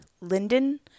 linden